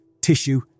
tissue